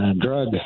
drug